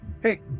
Hey